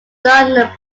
done